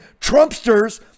Trumpsters